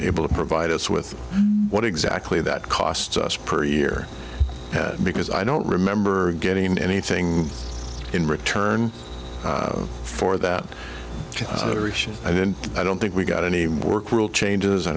able to provide us with what exactly that cost per year because i don't remember getting anything in return for that i mean i don't think we got any work rule changes i